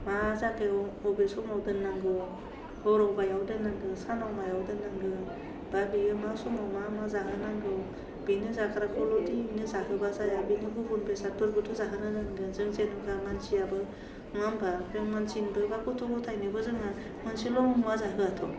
मा जागायाव अबे समाव दोन्नांगौ हराव मायाव दोन्नांगौ सानाव मायाव दोन्नांगौ बा बेयो मा समाव मा मा जाहोनांगौ बेनो जाग्राखौल'दि इनो जाहोबा जाया बेनो गुबुन बेसादबोथ' जाहोनो नांगोन जों जेन'बा मानसियाबो नङाहोमबा नों मानसिनोबो बा गथ' गथायनोबो जोङो मोनसेल' मुवा जाहोयाथ'